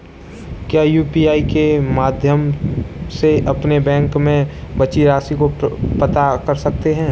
क्या यू.पी.आई के माध्यम से अपने बैंक में बची राशि को पता कर सकते हैं?